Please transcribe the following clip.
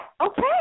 okay